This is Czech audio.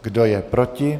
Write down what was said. Kdo je proti?